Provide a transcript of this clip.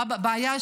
מה הבעיה?